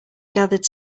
gathered